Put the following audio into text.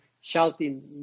shouting